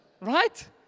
Right